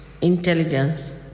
intelligence